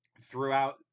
throughout